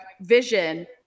vision